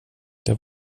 det